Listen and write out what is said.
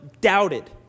doubted